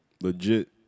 legit